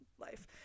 life